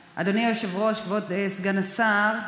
היושב-ראש, כבוד סגן השר,